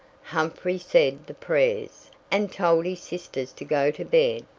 humphrey said the prayers, and told his sisters to go to bed.